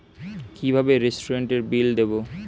কিভাবে রেস্টুরেন্টের বিল দেবো?